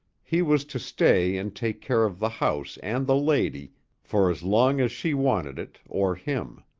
he was to stay and take care of the house and the lady for as long as she wanted it, or him.